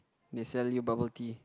they sell you bubble tea